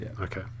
okay